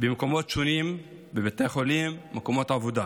במקומות שונים בבתי החולים ובמקומות עבודה.